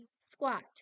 squat